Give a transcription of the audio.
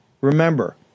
remember